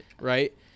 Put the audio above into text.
right